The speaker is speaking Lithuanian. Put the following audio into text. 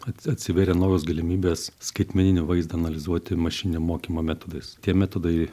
at atsivėrė naujos galimybės skaitmeninį vaizdą analizuoti mašininio mokymo metodais tie metodai